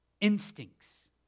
instincts